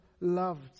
loved